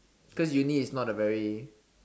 cause uni is not a very